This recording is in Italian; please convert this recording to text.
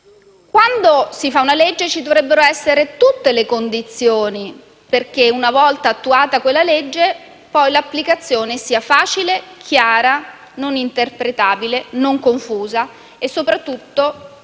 Quando si fa una legge ci dovrebbero essere tutte le condizioni perché, una volta approvata quella legge, poi l'applicazione sia facile, chiara, non interpretabile, non confusa e soprattutto perché